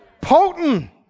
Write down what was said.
Potent